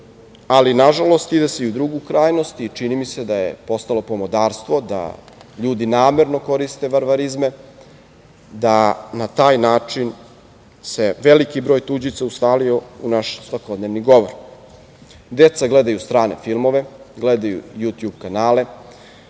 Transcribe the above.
ali nažalost ide se i u drugu krajnost i čini mi se da je postalo pomodarstvo da ljudi namerno koriste varvarizme, da se na taj način veliki broj tuđica ustalio u naš svakodnevni govor. Takođe, deca gledaju strane filmove, gledaju Jutjub kanale,